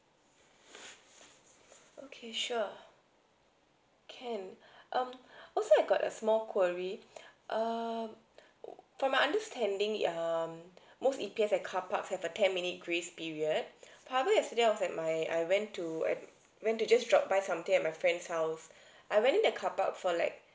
okay sure can um also I got a small query err from my understanding um most E P F car park has a ten minute grace period however yesterday I was at my I went to I went to just drop by something at my friend's house I went in that carpark for like